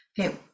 Okay